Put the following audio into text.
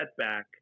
setback